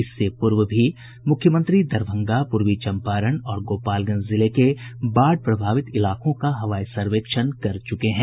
इससे पूर्व भी मुख्यमंत्री दरभंगा पूर्वी चंपारण और गोपालगंज जिले के बाढ़ प्रभावित इलाकों का हवाई सर्वेक्षण कर चुके हैं